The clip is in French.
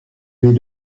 les